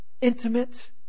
intimate